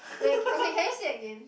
wait okay can you say again